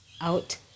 out